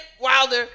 Wilder